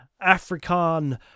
african